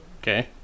Okay